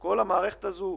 שכל המערכת הזאת,